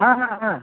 হ্যাঁ হ্যাঁ হ্যাঁ